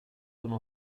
una